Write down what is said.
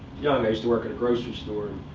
young, i used to work at a grocery store,